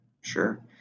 sure